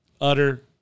utter